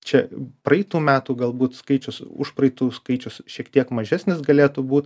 čia praeitų metų galbūt skaičius užpraeitų skaičius šiek tiek mažesnis galėtų būt